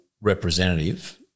representative